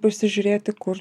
pasižiūrėti kur